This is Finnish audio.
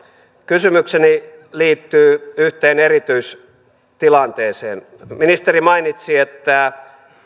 kysymykseni liittyy yhteen erityistilanteeseen ministeri mainitsi että